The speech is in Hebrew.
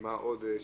מה עוד?